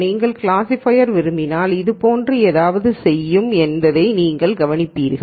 நீங்கள் ஒரு கிளாஸிஃபையரை விரும்பினால் இது போன்ற ஏதாவது செய்யும் என்பதை நீங்கள் கவனிப்பீர்கள்